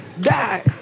die